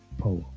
power